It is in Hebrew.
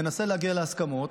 ננסה להגיע להסכמות.